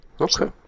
Okay